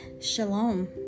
Shalom